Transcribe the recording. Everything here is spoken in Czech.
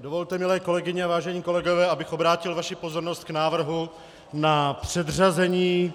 Dovolte, milé kolegyně a vážení kolegové, abych obrátil vaši pozornost k návrhu na předřazení